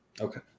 Okay